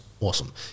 awesome